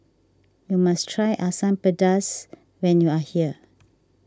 you must try Asam Pedas when you are here